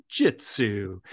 jujitsu